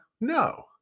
No